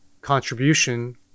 contribution